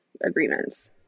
agreements